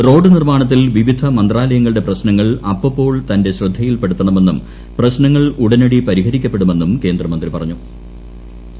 road നിർമ്മാണത്തിൽ വിവിധ മന്ത്രാലയങ്ങളുടെ് പ്രശ്നങ്ങൾ അപ്പപ്പോൾ തന്റെ ശ്രദ്ധയിൽപ്പെടുത്തണമെന്നും പ്രശ്ന്ങ്ങൾ ഉടനടി പരിഹരിക്കപ്പെടുമെന്നും കേന്ദ്രമന്ത്രി പ്പിറഞ്ഞു്